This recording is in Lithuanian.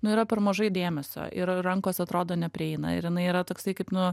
nu yra per mažai dėmesio ir rankos atrodo neprieina ir jinai yra toksai kaip nu